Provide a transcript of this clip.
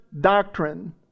doctrine